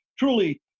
Truly